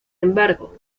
embargo